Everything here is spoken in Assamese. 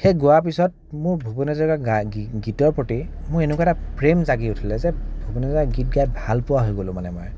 সেই গোৱাৰ পিছত মোৰ ভূপেন হাজৰিকা গীতৰ প্ৰতি মোৰ এনেকুৱা এটা প্ৰেম জাগি উঠিলে যে ভূপেন হাজৰিকাৰ গীত গাই ভাল পোৱা হৈ গ'লো মানে মই